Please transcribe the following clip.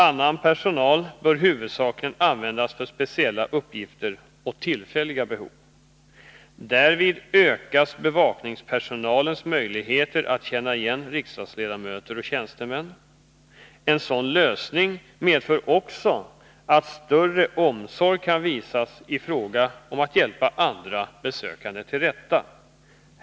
Annan personal bör huvudsakligen användas för speciella uppgifter och tillfälliga behov. Därvid ökas bevakningspersonalens möjligheter att känna igen riksdagsledamöter och tjänstemän. En sådan lösning medför också att större omsorg kan visas i fråga om att hjälpa andra besökande till rätta.